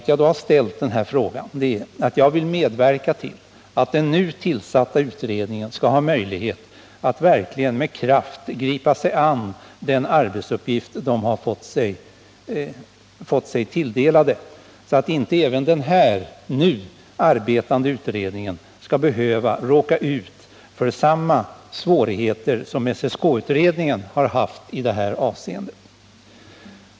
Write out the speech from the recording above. Jag har ställt denna fråga därför att jag vill medverka till att den nu tillsatta utredningen skall få möjlighet att med kraft gripa sig an den arbetsuppgift den fått sig tilldelad, så att inte även den nu arbetande utredningen skall behöva råka ut för samma svårigheter som SSK-utredningen haft i detta avseende.